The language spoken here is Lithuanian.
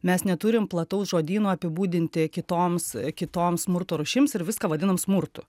mes neturim plataus žodyno apibūdinti kitoms kitoms smurto rūšims ir viską vadinam smurtu